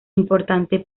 importante